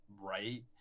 right